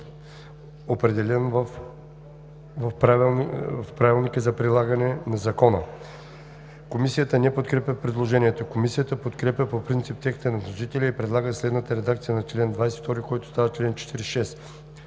заменят с „правилника за прилагане на закона“. Комисията не подкрепя предложението. Комисията подкрепя по принцип текста на вносителя и предлага следната редакция на чл. 28, който става чл.